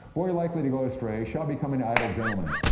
boy likely to go astray, shall become an idle gentleman.